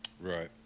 Right